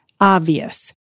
obvious